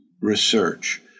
research